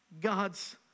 God's